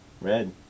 Red